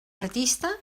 artista